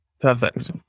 Perfect